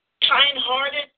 kind-hearted